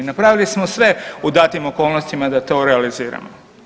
Napravili smo sve u datim okolnostima da to realiziramo.